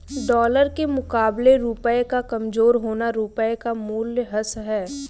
dollar के मुकाबले रुपए का कमज़ोर होना रुपए का मूल्यह्रास है